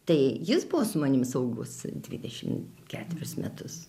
tai jis buvo su manim saugus dvidešim ketverius metus